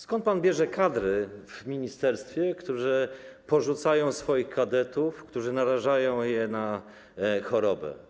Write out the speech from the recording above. Skąd pan bierze kadry w ministerstwie, które porzucają swoich kadetów, które narażają ich na chorobę?